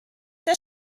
der